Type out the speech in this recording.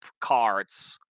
cards